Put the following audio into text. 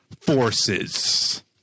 Forces